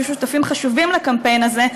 שהיו שותפים חשובים לקמפיין הזה.